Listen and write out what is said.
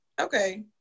Okay